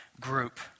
group